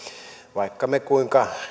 vaikka me kuinka